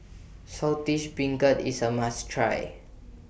Saltish Beancurd IS A must Try